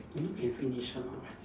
don't know can finish or not ah